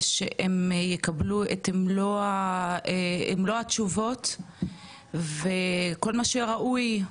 ושהם יקבלו את מלוא התשובות וכל מה שראוי,